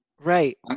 Right